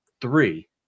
three